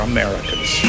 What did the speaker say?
Americans